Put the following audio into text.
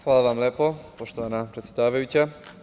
Hvala vam lepo, poštovana predsedavajuća.